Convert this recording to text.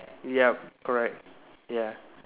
yup correct ya